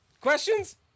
Questions